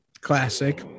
Classic